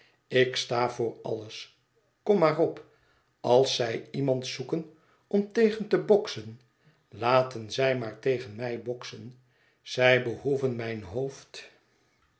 ik sta voor alles kom maar op als zij iemand zoeken om tegen te boksen laten zij maar tegen mij boksen zij behoeven mijn hoofd